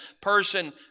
person